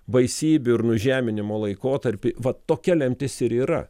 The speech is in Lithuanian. baisybių ir nužeminimo laikotarpį va tokia lemtis ir yra